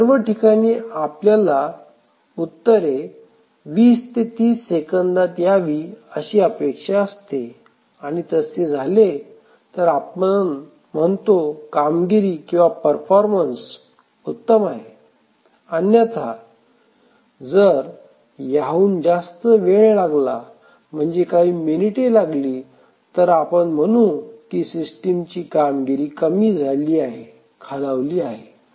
या सर्व ठिकाणी आपल्याला उत्तरे वीस ते तीस सेकंदात यावी अशी अपेक्षा असते आणि तसे झाले तर आपण म्हणतो कामगिरी किंवा परफॉर्मन्स उत्तम आहे अन्यथा जर याहून जास्त वेळ लागला म्हणजे काही मिनिटे लागली तर आपण म्हणू की सिस्टीम ची कामगिरी कमी झाली आहे खालावली आहे